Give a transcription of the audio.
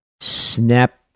Snap